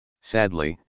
Sadly